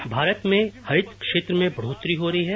bite Bharat में हरित क्षेत्र में बढ़ोतरी हो रही है